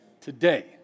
today